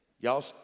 y'all